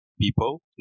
people